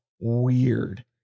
weird